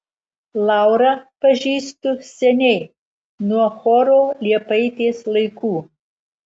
laurą pažįstu seniai nuo choro liepaitės laikų